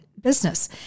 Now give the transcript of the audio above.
business